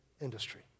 industry